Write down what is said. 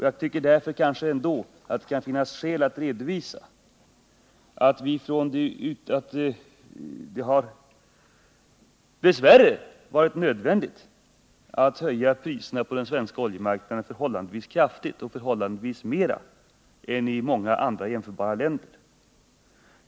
Jag tycker därför att det kan finnas skäl att redovisa att det dess värre varit nödvändigt att höja priserna på den svenska oljemarknaden förhållandevis kraftigt och mer än i många andra jämförbara länder.